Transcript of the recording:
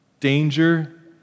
danger